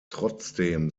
trotzdem